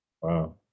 wow